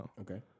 Okay